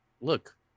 look